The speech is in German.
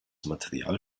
material